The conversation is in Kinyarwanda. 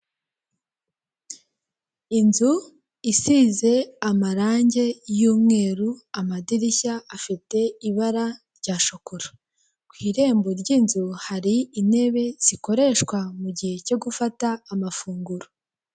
Inzu isize amarange y'umweru amadirishya afite ibara rya shokora, ku irembo ry'inzu hari intebe zikoreshwa mugihe cyo gufata amafunguro.